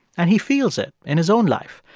and he feels it in his own life.